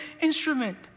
instrument